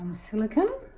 um silicone.